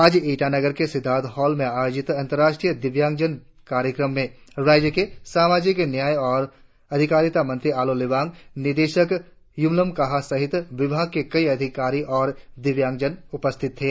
आज ईटानगर के सिद्धांर्थ हॉल में आयोजित अंतर्राष्ट्रीय दिव्यांगजन कार्यक्रम में राज्य के सामाजिक न्याया और अधिकारिता मंत्री आलो लिबांग निदेशक यूमलम काहा सहित विभाग के कई अधिकारी और दिव्यांगन उपस्थित थे